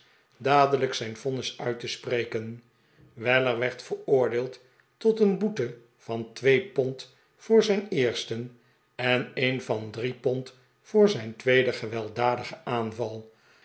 dadelijk zijn vonnis uit te spreken weller werd veroordeeld tot een boete van twee pond voor zijn eersten en een van drie pond voor zijn tweeden gewelddadigen aanval